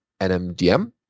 NMDM